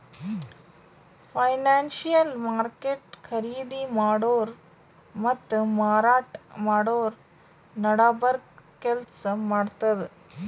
financial market ಖರೀದಿ ಮಾಡೋರ್ ಮತ್ತ್ ಮಾರಾಟ್ ಮಾಡೋರ್ ನಡಬರ್ಕ್ ಕೆಲ್ಸ್ ಮಾಡ್ತದ್